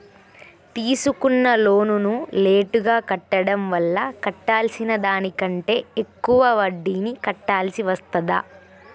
తీసుకున్న లోనును లేటుగా కట్టడం వల్ల కట్టాల్సిన దానికంటే ఎక్కువ వడ్డీని కట్టాల్సి వస్తదా?